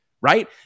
right